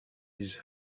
his